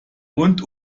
und